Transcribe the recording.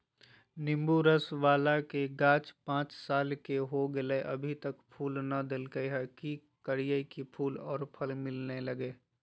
नेंबू रस बाला के गाछ पांच साल के हो गेलै हैं अभी तक फूल नय देलके है, की करियय की फूल और फल मिलना लगे?